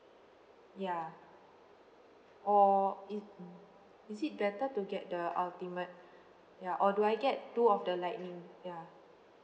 ya or is mm is it better to get the ultimate ya or do I get two of the lightning ya